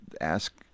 ask